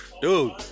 Dude